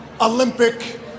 Olympic